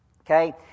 okay